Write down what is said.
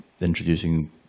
introducing